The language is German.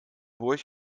burj